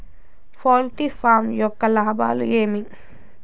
poultry farm యొక్క లాభాలు ఏమి